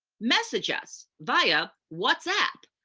message us via whatsapp.